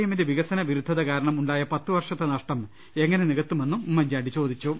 എമ്മിന്റെ വികസന വിരുദ്ധത കാരണം ഉണ്ടായ പത്ത് വർഷ ത്തെ നഷ്ടം എങ്ങനെ നികത്തുമെന്നും ഉമ്മൻചാണ്ടി ചോദിച്ചു